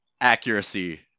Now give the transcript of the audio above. accuracy